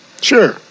Sure